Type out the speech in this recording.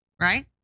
Right